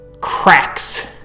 cracks